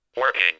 working